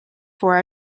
for